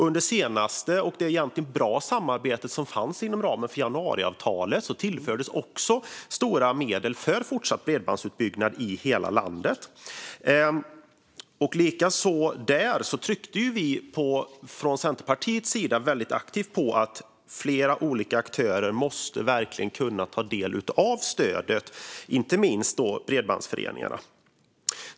Under det senaste samarbetet, som skedde inom januariavtalet och som egentligen var bra, tillfördes också stora medel för fortsatt bredbandsutbyggnad i hela landet. Vi i Centerpartiet tryckte väldigt aktivt på att flera olika aktörer verkligen måste kunna få del av stödet. Det gällde inte minst bredbandsföreningarna.